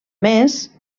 més